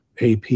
AP